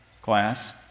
class